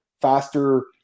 faster